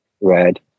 red